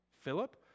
Philip